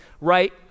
right